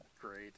great